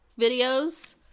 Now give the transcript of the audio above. videos